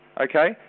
okay